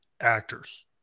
actors